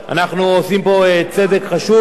אנחנו עושים פה צדק חשוב,